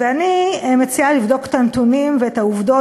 ואני מציעה לבדוק את הנתונים ואת העובדות.